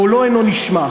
קולו אינו נשמע.